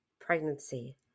pregnancy